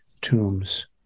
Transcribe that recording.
tombs